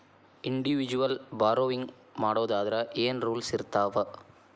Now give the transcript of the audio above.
Individual borrowing ಮಾಡೊದಾದ್ರ ಏನ್ ರೂಲ್ಸಿರ್ತಾವ?